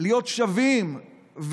להיות שווים,